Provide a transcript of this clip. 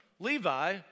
Levi